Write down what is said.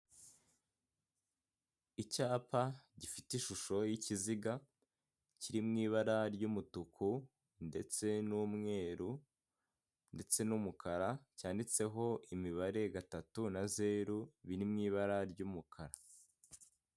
Icyapa gifite ishusho y'ikiziga kiri mu ibara ry'umutuku ndetse n'umweru, ndetse n'umukara cyanditseho imibare gatatu na zeru biri mu ibara ry'umukara.